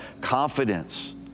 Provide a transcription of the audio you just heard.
confidence